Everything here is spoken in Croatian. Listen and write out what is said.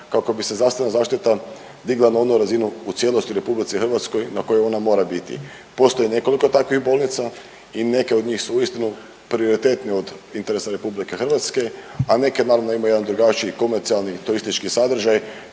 kako bi se zdravstvena zaštita digla na onu razinu u cijelosti u RH na koju ona mora biti. Postoje nekoliko takvih bolnica i neke od njih su uistinu prioritetne od interesa RH, a neke naravno, imaju jedan drugačiji komercijalni turistički sadržaj